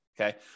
okay